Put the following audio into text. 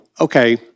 Okay